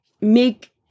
make